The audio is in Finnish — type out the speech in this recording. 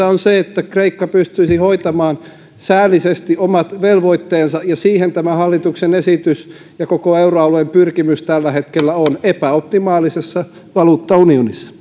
on se että kreikka pystyisi hoitamaan säällisesti omat velvoitteensa ja siihen tämän hallituksen esityksen ja koko euroalueen pyrkimys tällä hetkellä on epäoptimaalisessa valuuttaunionissa